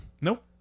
Nope